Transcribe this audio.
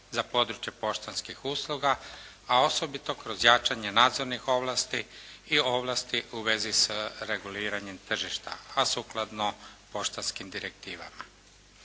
za područja poštanskih usluga, a osobito kroz jačanje nadzornih ovlasti i ovlasti sa reguliranjem tržišta a sukladno poštanskim direktivama.